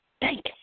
Thank